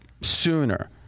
sooner